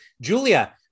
julia